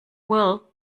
will